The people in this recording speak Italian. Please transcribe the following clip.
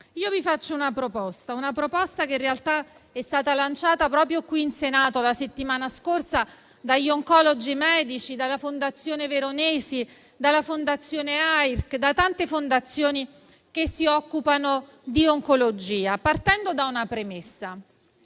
vi faccio una proposta che in realtà è stata lanciata proprio qui in Senato la settimana scorsa dagli oncologi medici, dalla Fondazione Veronesi, dalla Fondazione AIRC, da tante fondazioni che si occupano di oncologia, partendo da una premessa: